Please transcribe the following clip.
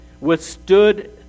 Withstood